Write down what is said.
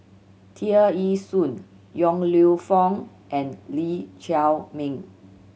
Tear Ee Soon Yong Lew Foong and Lee Chiaw Meng